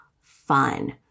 fun